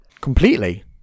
Completely